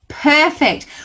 Perfect